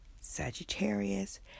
Sagittarius